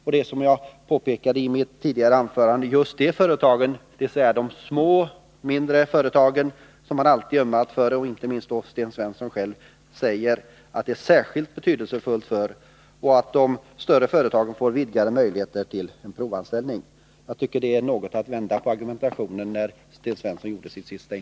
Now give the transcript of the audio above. Det är, som jag påpekade i mitt tidigare anförande, just dessa företag, dvs. de små företagen, som man alltid har ömmat för. Sten Svensson säger själv att det är särskilt betydelsefullt att värna om de små företagen, men samtidigt vill han ge de större företagen möjligheter att provanställa folk. Det är att vända på argumentationen, Sten Svensson.